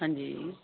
ਹਾਂਜੀ